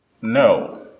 no